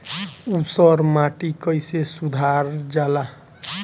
ऊसर माटी कईसे सुधार जाला?